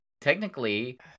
Technically